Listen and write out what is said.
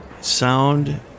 sound